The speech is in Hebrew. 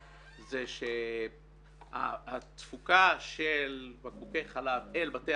הוא שהתפוקה של בקבוקי חלב אל בתי